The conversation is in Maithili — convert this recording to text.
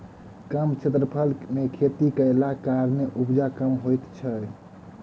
कम क्षेत्रफल मे खेती कयलाक कारणेँ उपजा कम होइत छै